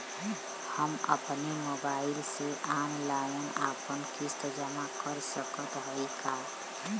हम अपने मोबाइल से ऑनलाइन आपन किस्त जमा कर सकत हई का?